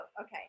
Okay